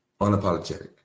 unapologetic